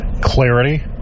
Clarity